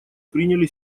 приняли